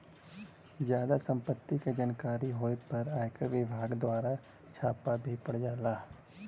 जादा सम्पत्ति के जानकारी होए पे आयकर विभाग दवारा छापा भी पड़ जाला